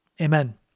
Amen